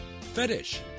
Fetish